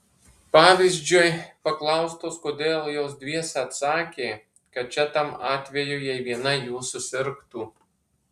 pavyzdžiui paklaustos kodėl jos dviese atsakė kad čia tam atvejui jei viena jų susirgtų